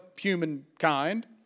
humankind